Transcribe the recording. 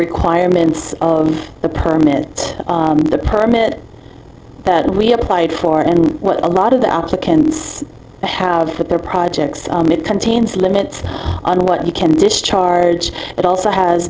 requirements of the permit the permit that we applied for and what a lot of the applicants have with their projects it contains limits on what you can discharge but also has